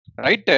Right